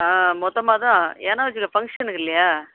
ஆ மொத்தமாக தான் ஏன்னா ஃபங்க்ஷனுக்கு இல்லையா